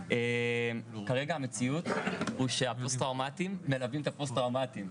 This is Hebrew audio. כרגע המציאות היא שהפוסט טראומטיים מלווים את הפוסט טראומטיים,